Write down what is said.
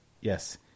yes